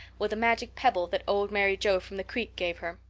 with a magic pebble that old mary joe from the creek gave her.